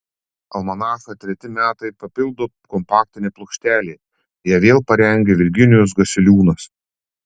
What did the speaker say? almanachą treti metai papildo kompaktinė plokštelė ją vėl parengė virginijus gasiliūnas